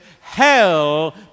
hell